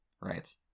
Right